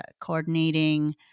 Coordinating